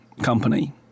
company